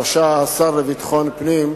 ובראשה השר לביטחון פנים,